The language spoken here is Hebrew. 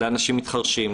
לאנשים מתחרשים,